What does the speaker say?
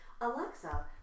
Alexa